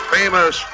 famous